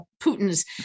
Putin's